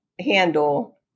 handle